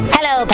Hello